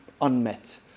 unmet